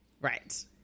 Right